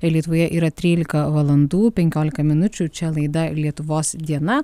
lietuvoje yra trylika valandų penkiolika minučių čia laida lietuvos diena